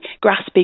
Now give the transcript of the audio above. grasping